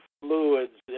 fluids